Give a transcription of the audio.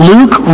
Luke